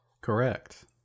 correct